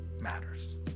matters